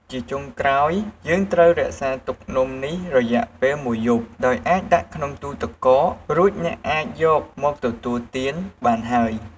ជាចុងក្រោយ យើងត្រូវរក្សាទុកនំនេះរយៈពេលមួយយប់ ដោយអាចដាក់ក្នុងទូរទឹកកក រួចអ្នកអាចយមមកទទួលទានបានហើយ។